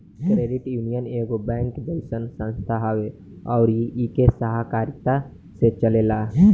credit union एगो bank जइसन संस्था हवे अउर इ के सहकारिता से चलेला